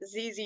ZZ